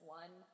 one